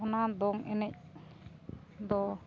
ᱚᱱᱟ ᱫᱚᱝ ᱮᱱᱮᱡ ᱫᱚ